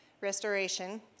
restoration